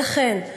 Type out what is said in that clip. ולכן,